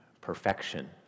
perfection